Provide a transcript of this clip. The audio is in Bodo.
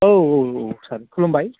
औ औ औ सार खुलुमबाय